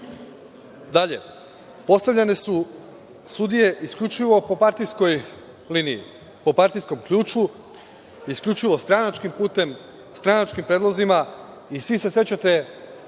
evra. Dalje, postavljene su sudije isključivo po partijskoj liniji, po partijskom ključu, isključivo stranačkim putem, stranačkim predlozima i svi se sećate